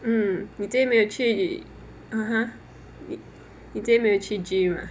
嗯你今天没有去 (uh huh) 你你今天没有去 gym ah